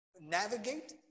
navigate